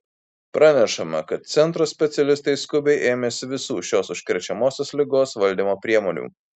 pranešama kad centro specialistai skubiai ėmėsi visų šios užkrečiamosios ligos valdymo priemonių